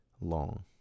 long